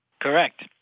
Correct